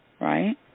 Right